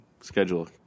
schedule